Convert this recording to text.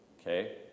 Okay